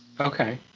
Okay